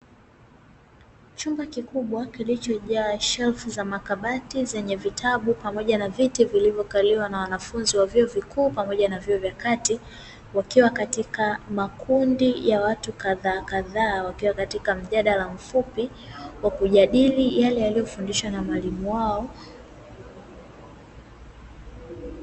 Chumba kikubwa kilichojaa shelfu za makabati zenye vitabu pamoja na viti, vilivyokaliwa na wanafunzi wa vyuo vikuu pamoja na vyuo vya kati wakiwa katika makundi ya watu kadhakadhaa wakiwa katika mjadala mfupi wakujadili yale yalio fundishwa na mwalimu wao.